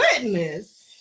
Goodness